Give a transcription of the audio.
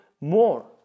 more